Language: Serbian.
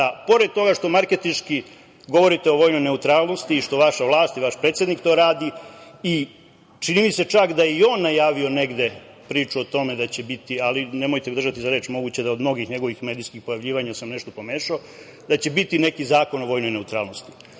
pored toga što marketinški govorite o vojnoj neutralnosti i što vaša vlast i vaš predsednik to radi i, čini mi se čak da je i on najavio negde priču o tome da će biti, ali nemojte me držati za reč, moguće da od mnogih njegovih medijskih pojavljivanja sam nešto pomešao, da će biti neki zakon o vojnoj neutralnosti.